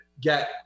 get